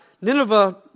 Nineveh